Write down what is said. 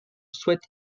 souhaite